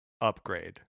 upgrade